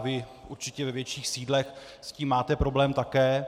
Vy určitě ve větších sídlech s tím máte problém také.